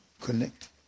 Connect